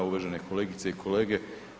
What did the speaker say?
Uvažene kolegice i kolege.